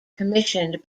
commissioned